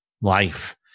life